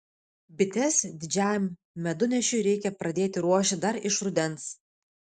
bites didžiajam medunešiui reikia pradėti ruošti dar iš rudens